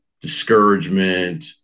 discouragement